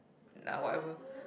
uh whatever